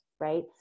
right